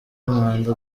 umwanda